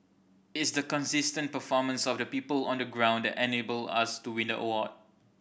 it's the consistent performance of the people on the ground that enabled us to win the award